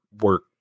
work